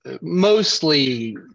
mostly